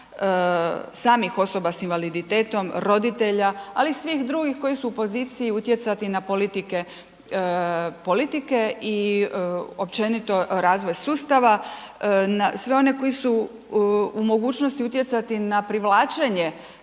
samih osoba sa invaliditetom, roditelja ali i sivih drugih koji su u poziciji utjecati na politike i općenito razvoj sustava na sve one koji su u mogućnosti utjecati na privlačenje